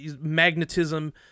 magnetism